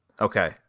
Okay